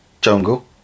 jungle